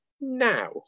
now